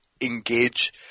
engage